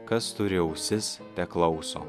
kas turi ausis teklauso